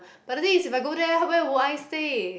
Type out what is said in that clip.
but the thing is if I go there where will I stay